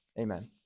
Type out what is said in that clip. Amen